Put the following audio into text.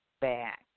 back